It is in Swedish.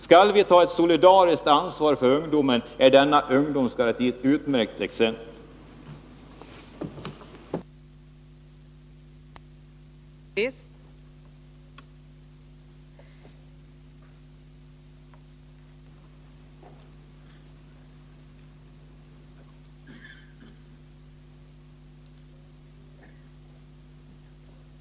Skall vi ta ett solidariskt ansvar för ungdomen, är denna ungdomsgaranti ett utmärkt exempel på hur vi kan göra det.